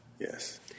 Yes